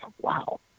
wow